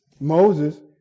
Moses